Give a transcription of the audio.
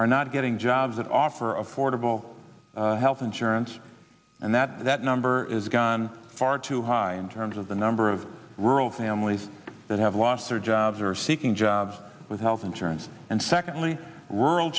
are not getting jobs that offer affordable health insurance and that that number is gone far too high in terms of the number of rural families that have lost their jobs or seeking jobs with health insurance and secondly rural